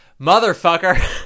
Motherfucker